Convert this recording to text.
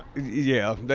yeah,